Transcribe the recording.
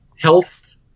health